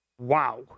Wow